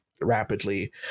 rapidly